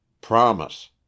promise